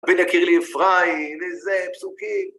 בן יקיר לי אפרים, וזה, פסוקים.